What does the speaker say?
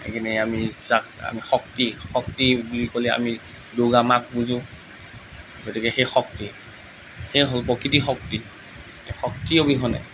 সেইকাৰণে আমি যাক আমি শক্তি শক্তি বুলি ক'লে আমি দূৰ্গা মাক বুজোঁ গতিকে সেই শক্তি সেই হ'ল প্ৰকৃতি শক্তি সেই শক্তি অবিহনে